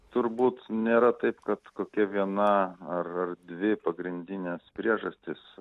turbūt nėra taip kad kokia viena ar ar dvi pagrindinės priežastys